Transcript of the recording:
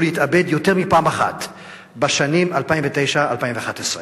להתאבד יותר מפעם אחת בשנים 2009 2011?